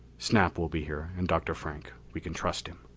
snap will be here, and dr. frank. we can trust him.